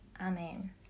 Amen